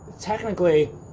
technically